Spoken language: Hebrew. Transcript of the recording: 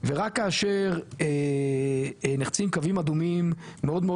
ורק כאשר נחצים קווים אדומים מאוד מאוד